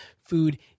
food